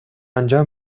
انجا